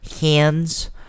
hands